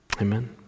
Amen